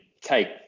take